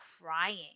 crying